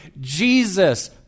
Jesus